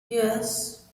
yes